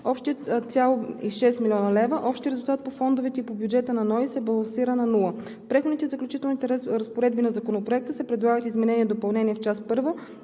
от 5 840,6 млн. лв. Общият резултат по фондовете и по бюджета на НОИ се балансира на нула. В Преходните и заключителните разпоредби на Законопроекта се предлагат изменения и допълнения в част